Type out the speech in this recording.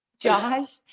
Josh